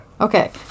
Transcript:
Okay